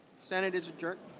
senate is adjourn.